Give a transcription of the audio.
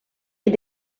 est